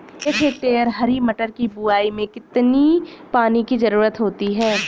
एक हेक्टेयर हरी मटर की बुवाई में कितनी पानी की ज़रुरत होती है?